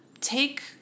take